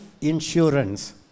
insurance